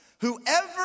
Whoever